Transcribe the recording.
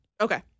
Okay